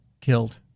killed